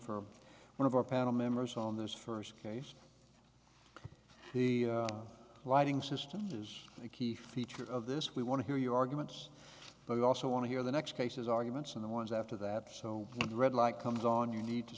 for one of our panel members on this first case the lighting system is a key feature of this we want to hear your arguments but we also want to hear the next cases arguments in the ones after that so dread like come dawn you need to